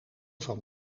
van